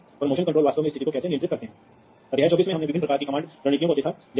और फिर इस जंक्शन बॉक्स से वास्तव में नेटवर्क शुरू होता है हम इस भौतिक विन्यास को अभी देखेंगे